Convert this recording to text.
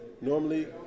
normally